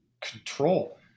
control